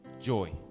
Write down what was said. joy